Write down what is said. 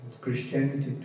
Christianity